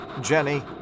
Jenny